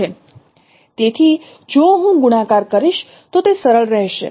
તેથી જો હું ગુણાકાર કરીશ તો તે સરળ રહેશે